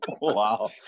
Wow